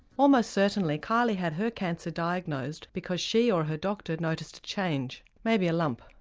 almost certainly kylie had her cancer diagnosed because she or her doctor noticed a change, maybe a lump.